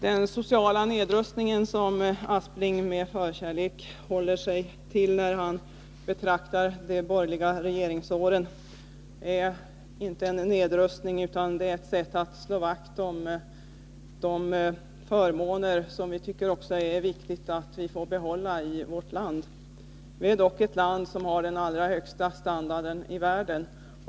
Den sociala nedrustning som Sven Aspling med förkärlek håller sig till när han betraktar de borgerliga regeringsåren är inte en nedrustning utan det är ett sätt att slå vakt om de förmåner som vi tycker är viktiga att vi får behålla i vårt land. Sverige är dock det land som har den allra högsta standarden i världen.